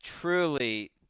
truly